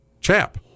chap